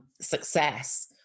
success